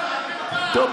טוב,